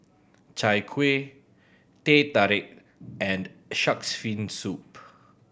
Chai Kuih Teh Tarik and Shark's Fin Soup